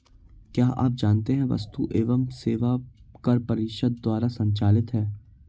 क्या आप जानते है वस्तु एवं सेवा कर परिषद द्वारा संचालित है?